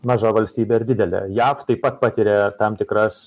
maža valstybė ar didelė jav taip pat patiria tam tikras